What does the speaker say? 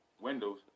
windows